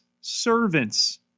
servants